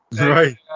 Right